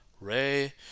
Ray